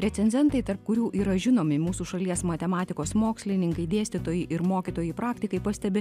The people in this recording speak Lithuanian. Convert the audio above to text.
recenzentai tarp kurių yra žinomi mūsų šalies matematikos mokslininkai dėstytojai ir mokytojai praktikai pastebi